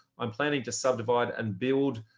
i'm planning to subdivide and build.